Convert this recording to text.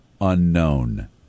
unknown